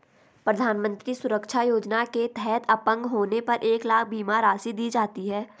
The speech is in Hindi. प्रधानमंत्री सुरक्षा योजना के तहत अपंग होने पर एक लाख बीमा राशि दी जाती है